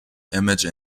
image